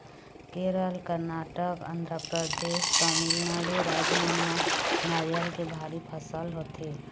केरल, करनाटक, आंध्रपरदेस, तमिलनाडु राज मन म नरियर के भारी फसल होथे